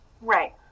Right